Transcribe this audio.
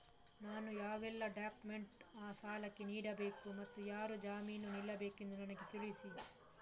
ನಾನು ಯಾವೆಲ್ಲ ಡಾಕ್ಯುಮೆಂಟ್ ಆ ಸಾಲಕ್ಕೆ ನೀಡಬೇಕು ಮತ್ತು ಯಾರು ಜಾಮೀನು ನಿಲ್ಲಬೇಕೆಂದು ನನಗೆ ತಿಳಿಸಿ?